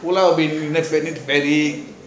pulau ubin lets say very